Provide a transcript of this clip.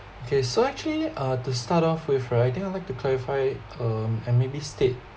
okay so actually uh to start off with right I think I'll like to clarify um and maybe state